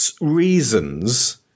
reasons